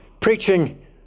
preaching